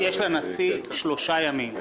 לנשיא יש שלושה ימים.